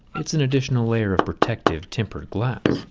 it's an additional layer of protective tempered glass.